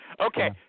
Okay